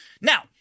Now